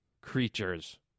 creatures